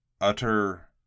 utter